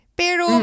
pero